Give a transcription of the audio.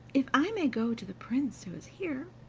if i may go to the prince who is here,